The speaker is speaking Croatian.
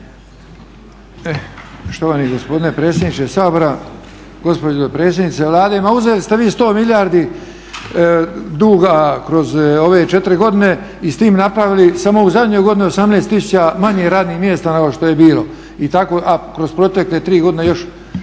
Štovani gospodine predsjedniče Sabora, gospođo dopredsjednice Vlade. Ma uzeli ste vi 100 milijardi duga kroz ove 4 godine i s tim napravili samo u zadnjoj godini 18 tisuća manje radnih mjesta nego što je bilo, a kroz protekle tri godine još